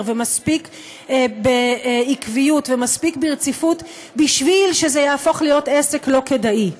ומספיק בעקביות ומספיק ברציפות בשביל שזה יהפוך להיות עסק לא כדאי.